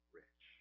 rich